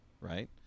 right